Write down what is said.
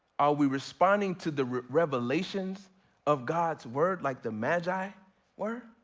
are we responding to the revelations of god's word, like the magi were?